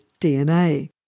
DNA